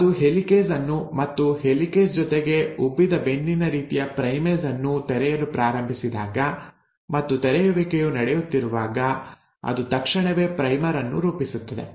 ಅದು ಹೆಲಿಕೇಸ್ ಅನ್ನು ಮತ್ತು ಹೆಲಿಕೇಸ್ ಜೊತೆಗೆ ಉಬ್ಬಿದ ಬೆನ್ನಿನ ರೀತಿಯ ಪ್ರೈಮೇಸ್ ಅನ್ನು ತೆರೆಯಲು ಪ್ರಾರಂಭಿಸಿದಾಗ ಮತ್ತು ತೆರೆಯುವಿಕೆಯು ನಡೆಯುತ್ತಿರುವಾಗ ಅದು ತಕ್ಷಣವೇ ಪ್ರೈಮರ್ ಅನ್ನು ರೂಪಿಸುತ್ತದೆ